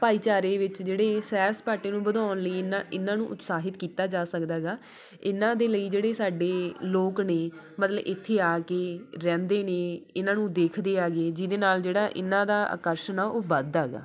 ਭਾਈਚਾਰੇ ਵਿੱਚ ਜਿਹੜੇ ਇਹ ਸੈਰ ਸਪਾਟੇ ਨੂੰ ਵਧਾਉਣ ਲਈ ਇੰਨਾ ਇਨ੍ਹਾਂ ਨੂੰ ਉਤਸ਼ਾਹਿਤ ਕੀਤਾ ਜਾ ਸਕਦਾ ਹੈਗਾ ਇਨ੍ਹਾਂ ਦੇ ਲਈ ਜਿਹੜੇ ਸਾਡੇ ਲੋਕ ਨੇ ਮਤਲਬ ਇੱਥੇ ਆ ਕੇ ਰਹਿੰਦੇ ਨੇ ਇਹਨਾਂ ਨੂੰ ਦੇਖਦੇ ਹੈਗੇ ਜਿਹਦੇ ਨਾਲ ਜਿਹੜਾ ਇਹਨਾਂ ਦਾ ਆਕਰਸ਼ਣ ਆ ਉਹ ਵੱਧਦਾ ਹੈਗਾ